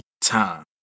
time